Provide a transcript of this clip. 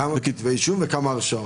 כמה כתבי אישום וכמה הרשעות?